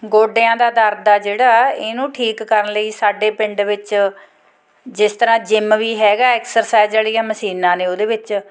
ਗੋਡਿਆਂ ਦਾ ਦਰਦ ਆ ਜਿਹੜਾ ਇਹਨੂੰ ਠੀਕ ਕਰਨ ਲਈ ਸਾਡੇ ਪਿੰਡ ਵਿੱਚ ਜਿਸ ਤਰ੍ਹਾਂ ਜਿੰਮ ਵੀ ਹੈਗਾ ਐਕਸਰਸਾਈਜ ਵਾਲੀਆਂ ਮਸ਼ੀਨਾਂ ਨੇ ਉਹਦੇ ਵਿੱਚ